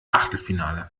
achtelfinale